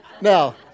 Now